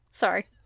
sorry